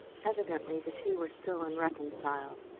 evidently the two were still unreconciled.